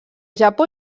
japó